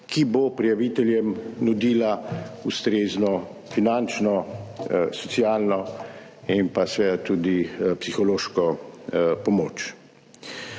ki bodo prijaviteljem nudili ustrezno finančno, socialno in tudi psihološko pomoč.